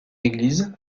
église